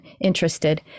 interested